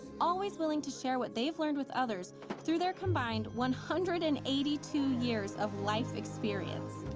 always willing to share what they have learned with others through their combined one hundred and eighty two years of life experience.